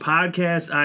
Podcast